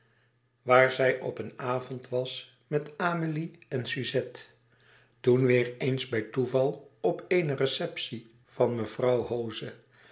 waar zij op een avond was met amélie en suzette toen weêr eens bij toeval op eene receptie van mevrouw hoze